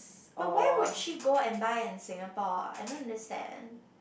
but where would she go and buy in Singapore I don't understand